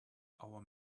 our